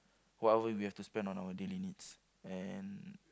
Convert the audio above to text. whatever we have to spend on our daily needs and